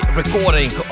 recording